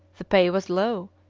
the pay was low,